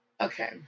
Okay